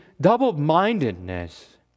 double-mindedness